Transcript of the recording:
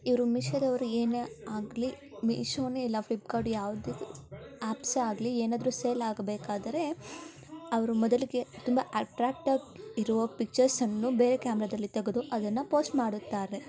ಇವರು ಮಿಶೊದವರು ಏನೇ ಆಗಲಿ ಮಿಶೋನೇ ಇಲ್ಲ ಫ್ಲಿಪ್ಕಾರ್ಡ್ ಯಾವುದೇ ಆ್ಯಪ್ಸೇ ಆಗಲಿ ಏನಾದರೂ ಸೇಲ್ ಆಗಬೇಕಾದ್ರೆ ಅವರು ಮೊದಲಿಗೆ ತುಂಬ ಅಟ್ರ್ಯಾಕ್ಟಾಗಿ ಇರುವ ಪಿಕ್ಚರ್ಸನ್ನು ಬೇರೆ ಕ್ಯಾಮ್ರದಲ್ಲಿ ತೆಗೆದು ಅದನ್ನು ಪೋಸ್ಟ್ ಮಾಡುತ್ತಾರೆ